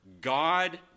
God